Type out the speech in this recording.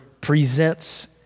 presents